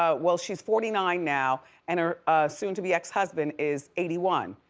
ah well, she's forty nine now and her soon-to-be ex-husband is eighty one.